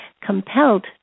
compelled